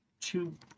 two